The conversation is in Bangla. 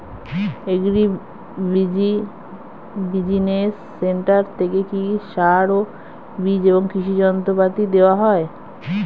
এগ্রি বিজিনেস সেন্টার থেকে কি সার ও বিজ এবং কৃষি যন্ত্র পাতি দেওয়া হয়?